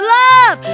love